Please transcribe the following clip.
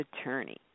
attorney